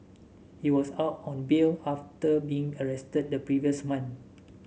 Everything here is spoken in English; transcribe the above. he was out on bail after being arrested the previous month